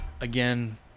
Again